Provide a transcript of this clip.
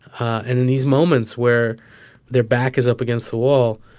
and in these moments where their back is up against the wall,